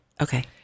Okay